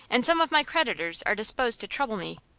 and some of my creditors are disposed to trouble me.